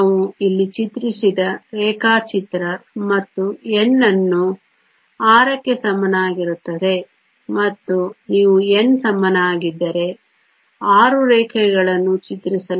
ನಾವು ಇಲ್ಲಿ ಚಿತ್ರಿಸಿದ ರೇಖಾಚಿತ್ರ ಮತ್ತು N ಅನ್ನು 6 ಕ್ಕೆ ಸಮನಾಗಿರುತ್ತದೆ ಮತ್ತು ನೀವು N ಸಮನಾಗಿದ್ದರೆ 6 ರೇಖೆಗಳನ್ನು ಚಿತ್ರಿಸಲಾಗಿದೆ